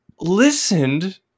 listened